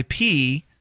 ip